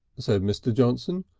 said mr. johnson,